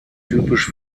typisch